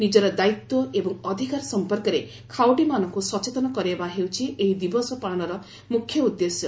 ନିଜର ଦାୟିତ୍ୱ ଏବଂ ଅଧିକାର ସମ୍ପର୍କରେ ଖାଉଟିମାନଙ୍କୁ ସଚେତନ କରାଇବା ହେଉଛି ଏହି ଦିବସ ପାଳନର ମ୍ରଖ୍ୟ ଉଦ୍ଦେଶ୍ୟ